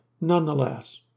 nonetheless